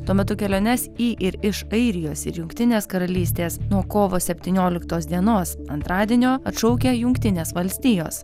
tuo metu keliones į ir iš airijos ir jungtinės karalystės nuo kovo septynioliktos dienos antradienio atšaukė jungtinės valstijos